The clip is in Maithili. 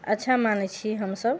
अच्छा मानै छी हम सभ